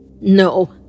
No